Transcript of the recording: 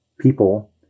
people